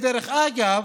דרך אגב,